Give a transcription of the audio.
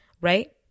right